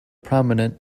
prominent